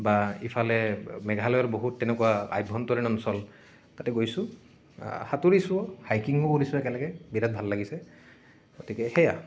বা ইফালে মেঘালয়ৰ বহুত তেনেকুৱা আভ্যন্তৰীণ অঞ্চল তাতে গৈছোঁ সাঁতুৰিছোঁ হাইকিঙো কৰিছোঁ একেলগে বিৰাট ভাল লাগিছে গতিকে সেয়াই